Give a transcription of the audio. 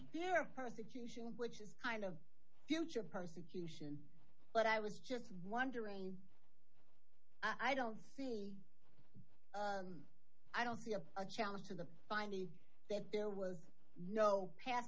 their persecution which is kind of future persecution but i was just wondering i don't see i don't see a challenge to the finding that there was no